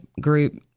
group